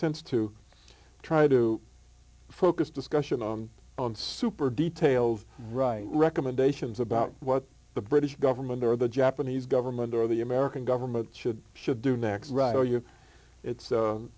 sense to try to focus discussion on on super detailed right recommendations about what the british government or the japanese government or ready the american government should should do next